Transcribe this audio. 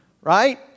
Right